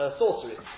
sorcery